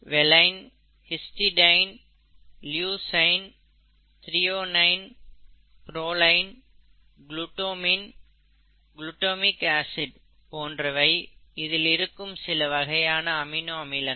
வேலைன் histidine leucine threonine proline glutamine glutamic acid போன்றவை இதில் இருக்கும் சில வகையான அமினோ அமிலங்கள்